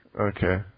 Okay